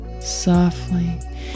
softly